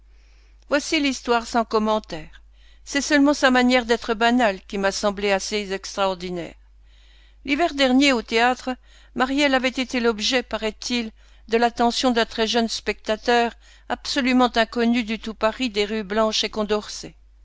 voici l'histoire sans commentaires c'est seulement sa manière d'être banale qui m'a semblé assez extraordinaire l'hiver dernier au théâtre maryelle avait été l'objet paraît-il de l'attention d'un très jeune spectateur absolument inconnu du tout paris des rues blanche et condorcet